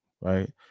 right